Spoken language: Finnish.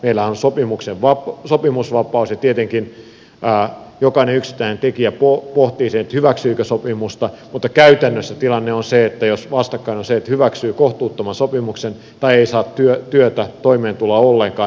meillähän on sopimusvapaus ja tietenkin jokainen yksittäinen tekijä pohtii hyväksyykö sopimusta mutta käytännössä tilanne on se että jos vastakkain on se että hyväksyy kohtuuttoman sopimuksen ja se että ei saa työtä toimeentuloa ollenkaan niin on pakotettu tähän